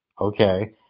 Okay